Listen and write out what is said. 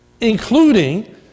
including